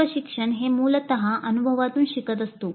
सर्व शिक्षण हे मूलत अनुभवातून शिकत असतो